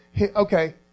okay